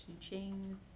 teachings